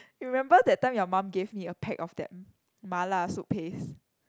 remember that time your mum gave me a pack of that mala soup paste